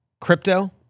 crypto